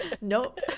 Nope